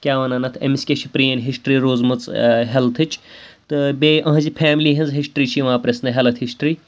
کیٛاہ وَنان اَتھ أمِس کیٛاہ چھِ پرٛٲنۍ ہِسٹرٛی روٗزمٕژ ہٮ۪لتھٕچ تہٕ بیٚیہِ أہٕنٛزِ فیملی ہِنٛز ہِسٹرٛی چھِ یِوان پِرٛژھنہٕ ہٮ۪لٕتھ ہِسٹرٛی